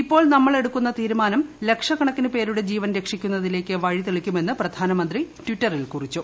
ഇപ്പോൾ നമ്മൾ എടുക്കുന്ന തീരുമാനം ലക്ഷക്കണക്കിന് പേരുടെ ജീവൻ രക്ഷിക്കുന്നതിലേക്ക് വഴിതെളിക്കുമെന്ന് പ്രധാനമന്ത്രി ട്വിറ്ററിൽ കുറിച്ചു